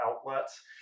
outlets